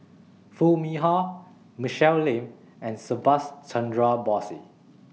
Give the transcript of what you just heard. Foo Mee Har Michelle Lim and Subhas Chandra Bose